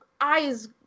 eyes